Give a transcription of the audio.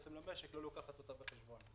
שהוצעה למשק לא לוקחת אותה בחשבון.